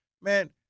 man